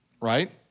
right